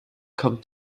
kommt